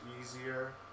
easier